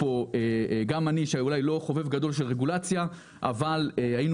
גם אני אולי לא חובב גדול של רגולציה אבל היינו